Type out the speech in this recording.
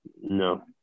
no